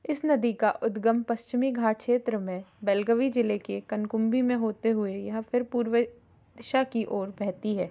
इस नदी का उद्गम पश्चिमी घाट क्षेत्र में बेलगवी ज़िले के कनकुंबी में होते हुए यह फिर पूर्वी दिशा की ओर बहती है